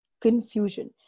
confusion